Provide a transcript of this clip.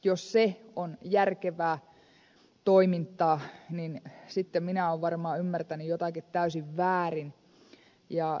jos se on järkevää toimintaa sitten minä olen varmaan ymmärtänyt jotakin täysin väärin